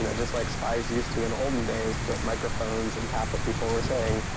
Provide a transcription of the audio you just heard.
and just like spies used to, in olden days, put microphones and tap what people are saying,